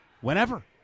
whenever